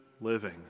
living